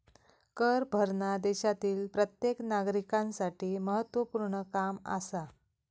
कर भरना देशातील प्रत्येक नागरिकांसाठी महत्वपूर्ण काम आसा